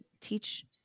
teach